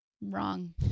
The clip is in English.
wrong